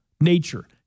nature